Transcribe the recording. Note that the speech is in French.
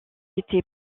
été